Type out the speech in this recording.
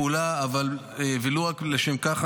פעולה ולו רק לשם כך,